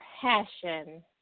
passion